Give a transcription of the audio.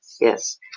Yes